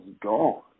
gone